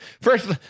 first